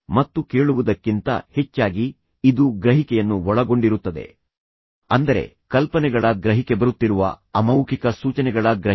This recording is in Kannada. ಮತ್ತು ಕೇಳುವುದಕ್ಕಿಂತ ಹೆಚ್ಚಾಗಿ ಇದು ಗ್ರಹಿಕೆಯನ್ನು ಒಳಗೊಂಡಿರುತ್ತದೆ ಅಂದರೆ ಕಲ್ಪನೆಗಳ ಗ್ರಹಿಕೆ ಬರುತ್ತಿರುವ ಅಮೌಖಿಕ ಸೂಚನೆಗಳ ಗ್ರಹಿಕೆ